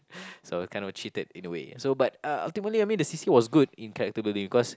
so kinda cheated in a way so but uh ultimately I mean the c_c_a was good in character bulding because